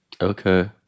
Okay